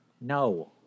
No